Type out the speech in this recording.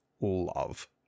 love